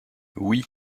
oui